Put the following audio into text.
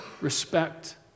respect